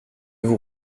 vous